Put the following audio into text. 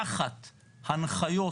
תחת הנחיות